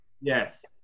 Yes